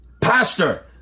pastor